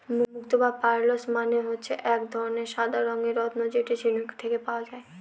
মুক্ত বা পার্লস মানে হচ্ছে এক ধরনের সাদা রঙের রত্ন যেটা ঝিনুক থেকে পায়